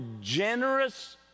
generous